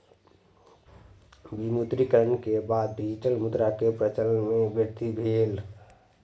विमुद्रीकरण के बाद डिजिटल मुद्रा के प्रचलन मे वृद्धि भेल